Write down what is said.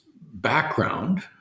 background